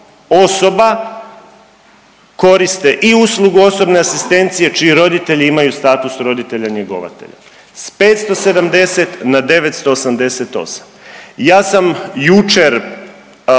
osoba koriste i uslugu osobne asistencije čiji roditelji imaju status roditelja njegovatelja, s 570 na 988. Ja sam jučer